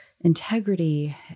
integrity